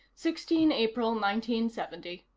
sixteen april nineteen-seventy.